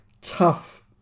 tough